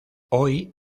hoy